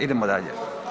Idemo dalje.